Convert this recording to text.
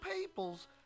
peoples